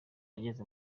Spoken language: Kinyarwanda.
ageze